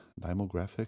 demographic